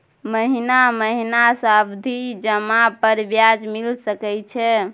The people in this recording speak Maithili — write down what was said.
महीना महीना सावधि जमा पर ब्याज मिल सके छै?